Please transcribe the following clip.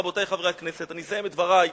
רבותי חברי הכנסת, אני אסיים את דברי.